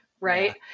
right